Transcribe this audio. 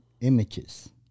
images